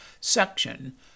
section